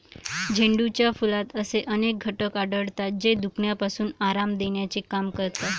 झेंडूच्या फुलात असे अनेक घटक आढळतात, जे दुखण्यापासून आराम देण्याचे काम करतात